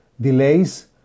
delays